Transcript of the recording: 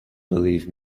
believe